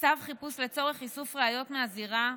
חיפוש לצורך איסוף ראיות מהזירה,